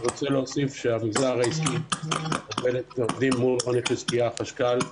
אני רוצה להוסיף שהמגזר העסקי עובד מול רוני חזקיה החשכ"ל?